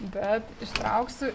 bet ištrauksiu